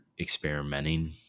experimenting